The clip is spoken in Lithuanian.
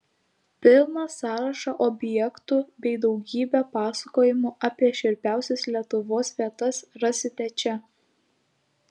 pilną sąrašą objektų bei daugybę pasakojimų apie šiurpiausias lietuvos vietas rasite čia